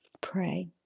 pray